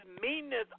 meanness